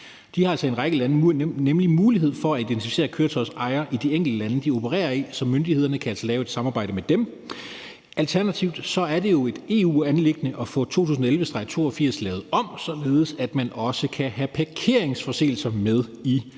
De har altså i en række lande mulighed for at identificere køretøjets ejer i de enkelte lande, de opererer i. Så myndighederne kan altså lave et samarbejde med dem. Alternativt er det jo et EU-anliggende at få direktiv 2011/82 lavet om, således at man også kan have parkeringsforseelser med på listen